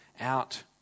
out